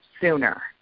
sooner